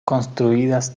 construidas